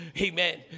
Amen